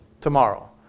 tomorrow